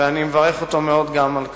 ואני מברך אותו מאוד גם על כך.